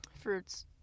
Fruits